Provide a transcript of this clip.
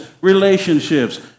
relationships